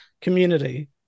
community